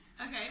Okay